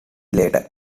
latter